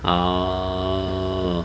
orh